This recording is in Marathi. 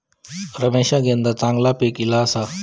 रमेशका यंदा चांगला पीक ईला आसा